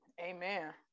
Amen